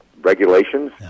regulations